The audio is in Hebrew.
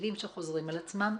רציטטיביים שחוזרים על עצמם,